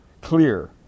clear